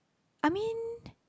I mean